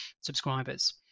subscribers